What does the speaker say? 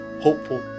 hopeful